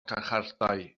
carchardai